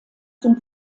zum